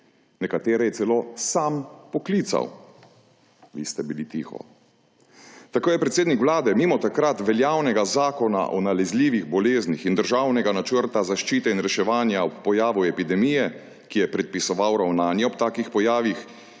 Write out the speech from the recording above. nekatere je celo sam poklical. Vi ste bili tiho. Tako je predsednik vlade mimo takrat veljavnega zakona o nalezljivih boleznih in državnega načrta zaščite in reševanja ob pojavu epidemije, ki je predpisoval ravnanje ob takih pojavih,